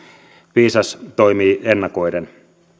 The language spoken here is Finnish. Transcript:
viisas toimii ennakoiden